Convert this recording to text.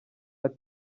ati